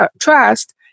trust